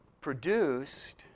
produced